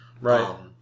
Right